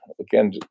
again